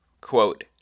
Quote